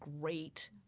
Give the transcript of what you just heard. great